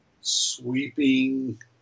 sweeping